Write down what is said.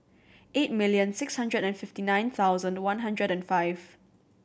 eight million six hundred and fifty nine thousand one hundred and five